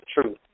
true